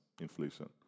inflation